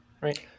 right